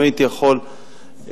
אם הייתי יכול לסכם,